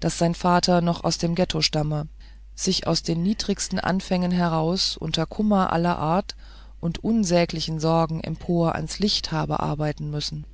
daß sein vater noch aus dem ghetto stamme sich aus den niedrigsten anfängen heraus unter kummer aller art und unsäglichen sorgen empor ans licht habe arbeiten müssen